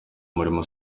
umurimo